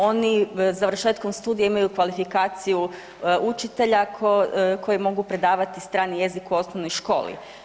Oni završetkom studija imaju kvalifikaciju učitelja koji mogu predavati strani jezik u osnovnoj školi.